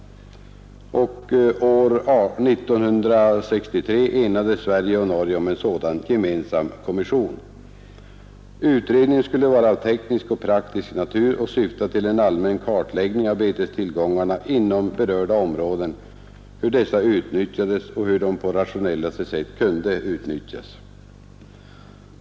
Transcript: År 1963 enades Sverige och Norge om en sådan gemensam kommission. Utredningen skulle vara av teknisk och praktisk natur och syfta till en allmän kartläggning av betestillgångarna inom berörda områden, hur dessa utnyttjades och hur de på rationellaste sätt kunde utnyttjas.